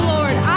Lord